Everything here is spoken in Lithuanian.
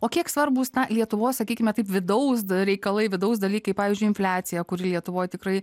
o kiek svarbūs lietuvos sakykime taip vidaus reikalai vidaus dalykai pavyzdžiui infliacija kuri lietuvoje tikrai